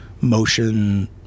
motion